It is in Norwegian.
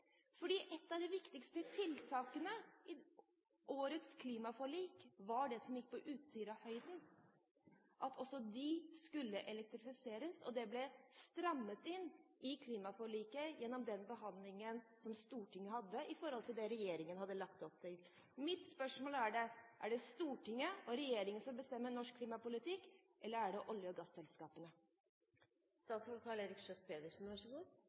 Et av de viktigste tiltakene i årets klimaforlik var det som gikk på Utsira-høyden, at også de funnene skulle elektrifiseres. Det ble strammet inn i klimaforliket gjennom den behandlingen som Stortinget hadde i forhold til det regjeringen hadde lagt opp til. Mitt spørsmål er da: Er det Stortinget og regjeringen som bestemmer norsk klimapolitikk, eller er det olje- og